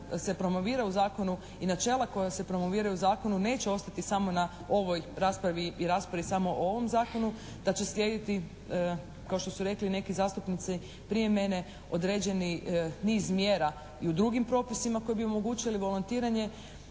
načela koja se promoviraju u zakonu neće ostati samo na ovoj raspravi i raspravi samo o ovom Zakonu, da će slijediti kao što su rekli i neki zastupnici prije mene određeni niz mjera i u drugim propisima koji bi omogućili volontiranje,